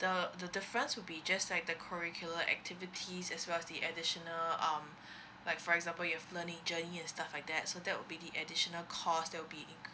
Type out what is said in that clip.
the the difference will be just like the curricular activities as well as the additional um like for example you've learning journey and stuff like that so that will be the additional cost that will be